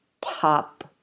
pop